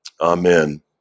Amen